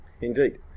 Indeed